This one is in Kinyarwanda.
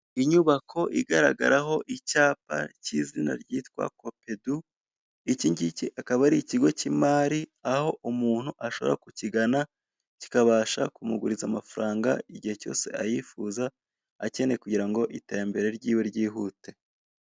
Inyubako ibaragara ho icyapa k'izina ryitwa kopedu. Ikingiki akaba ari ikigo k'imari aho umuntu ashobora kukigana kikabasha kumuguriza amafaranga igihe cyose ayifuza ahakeye kugira ngo iterambere ry'iwe ryihute.